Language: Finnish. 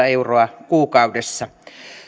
euroa kuukaudessa